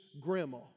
grandma